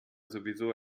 sowieso